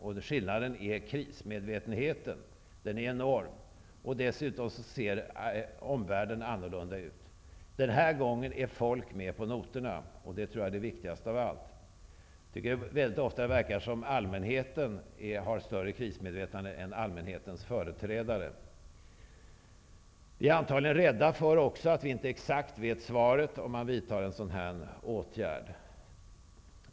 Skillnaden är krismedvetenheten. Den är enorm. Dessutom ser omvärlden annorlunda ut. Den här gången är folk med på noterna, och det är nog det viktigaste av allt. Ofta förefaller det som att allmänheten har större krismedvetande än allmänhetens företrädare. Vi är antagligen också rädda för att vi inte exakt kan förutse effekterna av en åtgärd av den här typen.